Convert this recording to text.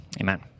Amen